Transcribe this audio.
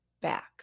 back